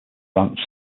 france